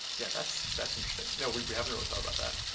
yeah, that's that's interesting. no, we we haven't really thought about that.